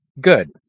Good